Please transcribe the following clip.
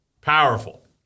Powerful